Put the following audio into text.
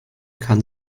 kann